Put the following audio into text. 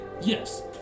Yes